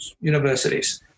universities